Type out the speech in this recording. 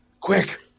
Quick